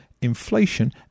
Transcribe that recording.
inflation